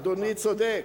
אדוני צודק.